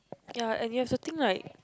ya and there's a thing like